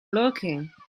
looking